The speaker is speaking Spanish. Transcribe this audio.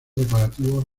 decorativos